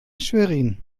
schwerin